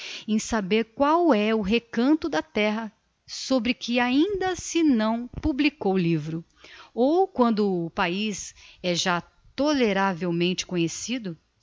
em saber qual é o recanto da terra sobre que ainda se não publicou livro ou quando o paiz é já toleravelmente conhecido